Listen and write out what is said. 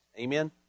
Amen